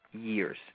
years